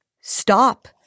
stop